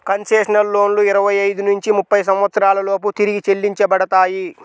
concessional లోన్లు ఇరవై ఐదు నుంచి ముప్పై సంవత్సరాల లోపు తిరిగి చెల్లించబడతాయి